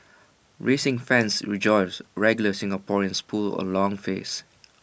racing fans rejoice regular Singaporeans pull A long face